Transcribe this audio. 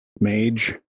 Mage